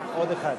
הכנסת,